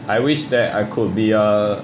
I wish that I could be a